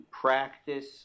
practice